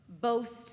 boast